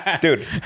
dude